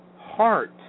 heart